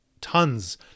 Tons